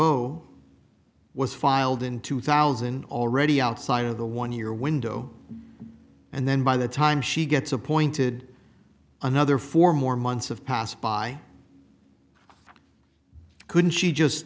zero was filed in two thousand already outside of the one year window and then by the time she gets appointed another four more months have passed by couldn't she just